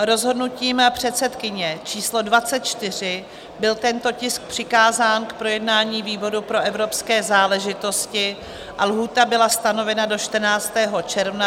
Rozhodnutím předsedkyně číslo 24 byl tento tisk přikázán k projednání výboru pro evropské záležitosti a lhůta byla stanovena do 14. června 2022.